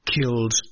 killed